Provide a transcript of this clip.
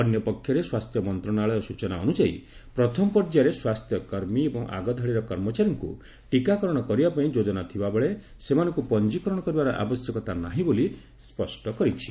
ଅନ୍ୟ ପକ୍ଷରେ ସ୍ୱାସ୍ଥ୍ୟ ମନ୍ତ୍ରଣାଳୟ ସୂଚନା ଅନୁଯାୟୀ ପ୍ରଥମ ପର୍ଯ୍ୟାୟରେ ସ୍ୱାସ୍ଥ୍ୟ କର୍ମୀ ଏବଂ ଆଗଧାଡ଼ିର କର୍ମଚାରୀଙ୍କୁ ଟିକାକରଣ କରିବା ପାଇଁ ଯୋଜନା ଥିବାବେଳେ ସେମାନଙ୍କୁ ପଞ୍ଜିକରଣ କରିବାର ଆବଶ୍ୟକତା ନାହିଁ ବୋଲି ସ୍ୱଷ୍ଟ କରିଛି